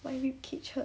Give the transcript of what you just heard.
my rib cage hurt